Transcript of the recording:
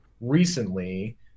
recently